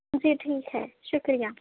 جی ٹھیک ہے شُکریہ